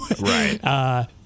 right